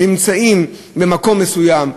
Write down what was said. הם נמצאים במקום מסוים,